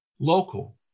local